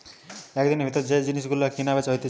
একদিনের ভিতর যে জিনিস গুলো কিনা বেচা হইছে